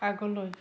আগলৈ